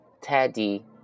Teddy